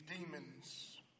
demons